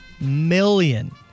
million